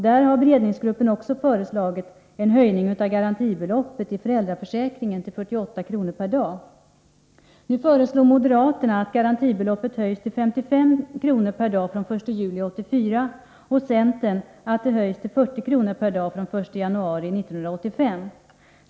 Där har beredningsgruppen också föreslagit en höjning av garantibelop Nu föreslår moderaterna att garantibeloppet höjs till 55 kr. per dag från den 1 juli 1984 och centern att det höjs till 40 kr. per dag från den 1 januari 1985.